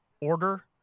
order